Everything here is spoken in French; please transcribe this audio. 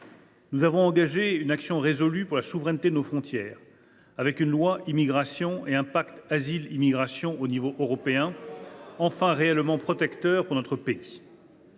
Nous avons engagé une action résolue pour la souveraineté de nos frontières, avec une loi Immigration et un pacte Asile immigration au niveau européen qui sont enfin réellement protecteurs pour notre pays.